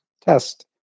test